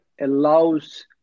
allows